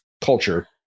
culture